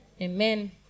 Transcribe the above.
Amen